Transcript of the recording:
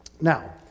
Now